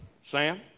Sam